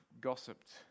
gossiped